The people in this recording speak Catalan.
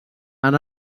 han